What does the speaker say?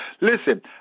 Listen